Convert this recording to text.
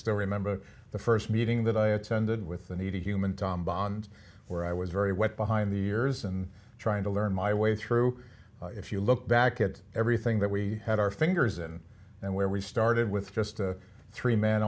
still remember the first meeting that i attended with the needy human tom bond where i was very wet behind the years and trying to learn my way through if you look back at everything that we had our fingers in and where we started with just a three man